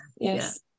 yes